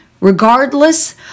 Regardless